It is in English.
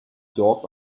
dogs